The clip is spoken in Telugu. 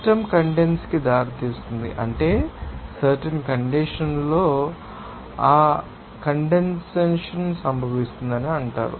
సిస్టమ్ కండెన్సషన్ కి దారితీస్తుంది అంటే ఇక్కడ సర్టెన్ కండిషన్స్ లో కండెన్సషన్ సంభవిస్తుందని అంటారు